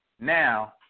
now